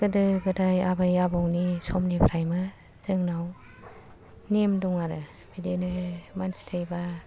गोदो गोदाय आबै आबौनि समनिफ्रायनो जोंनाव नेम दं आरो बिदिनो मानसि थैबा